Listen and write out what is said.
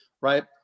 right